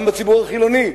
גם בציבור החילוני.